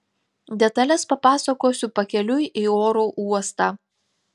detales papasakosiu pakeliui į oro uostą